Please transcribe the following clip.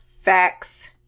facts